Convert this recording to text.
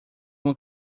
uma